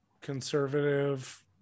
conservative